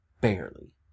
barely